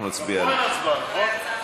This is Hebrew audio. גם פה אין הצבעה, נכון?